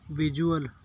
visual